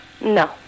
no